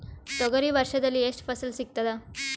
ತೊಗರಿ ವರ್ಷದಲ್ಲಿ ಎಷ್ಟು ಫಸಲ ಸಿಗತದ?